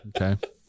Okay